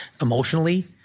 emotionally